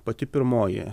pati pirmoji